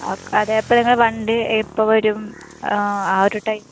ആ അതെ അപ്പോൾ നിങ്ങളുടെ വണ്ടി എപ്പോൾ വരും ആ ഒരു ടൈം